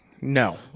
No